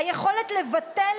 אינו נוכח נפתלי בנט,